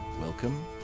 Welcome